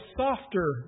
softer